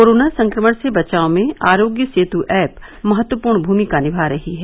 corona संक्रमण से बचाव में आरोग्य सेतु ऐप महत्वपूर्ण भूमिका निभा रही है